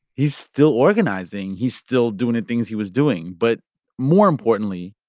he's still organizing. he's still doing the things he was doing. but more importantly.